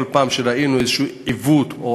כל פעם שראינו עיוות כלשהו,